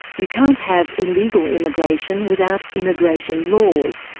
you can't have illegal immigration without immigration laws.